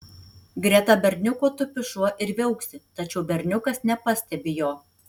greta berniuko tupi šuo ir viauksi tačiau berniukas nepastebi jo